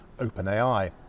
OpenAI